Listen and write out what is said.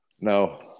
no